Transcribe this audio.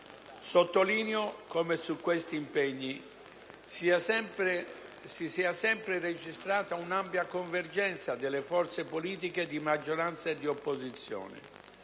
Sottolineo come su questi impegni si sia sempre registrata un'ampia convergenza delle forze politiche di maggioranza e dì opposizione.